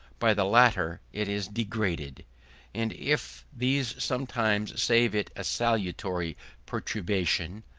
by the latter it is degraded and if these sometimes save it a salutary perturbation,